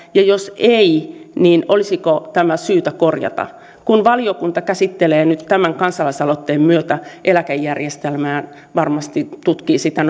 ja jos ei niin olisiko tämä syytä korjata kun valiokunta käsittelee nyt tämän kansalaisaloitteen myötä eläkejärjestelmää ja varmasti tutkii sitä